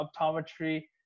Optometry